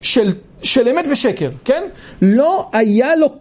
של אמת ושקר, כן? לא היה לו...